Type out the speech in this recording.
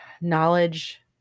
knowledge